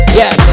yes